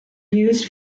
used